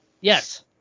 Yes